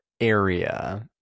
area